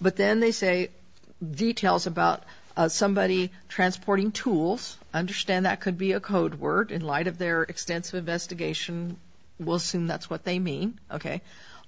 but then they say the details about somebody transporting tools understand that could be a code word in light of their extensive vesta geisha wilson that's what they mean ok